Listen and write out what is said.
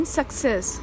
success